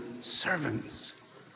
servants